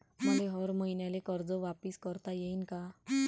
मले हर मईन्याले कर्ज वापिस करता येईन का?